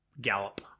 gallop